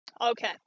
Okay